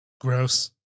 Gross